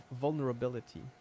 vulnerability